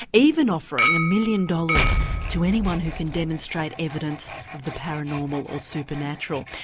even offering a million dollars to anyone who can demonstrate evidence of the paranormal or supernatural.